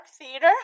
theater